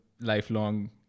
lifelong